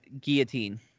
guillotine